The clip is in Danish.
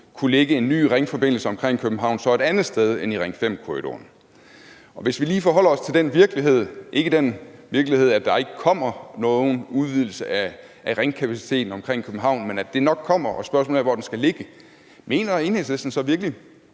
kunne lægge en ny ringforbindelse omkring København et andet sted end i Ring 5-korridoren. Hvis vi lige forholder os til den virkelighed – ikke den virkelighed, at der ikke kommer nogen udvidelse af ringkapaciteten omkring København, men at den nok kommer, og at spørgsmålet er, hvor den skal ligge – mener Enhedslisten så virkelig,